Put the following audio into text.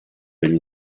degli